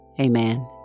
amen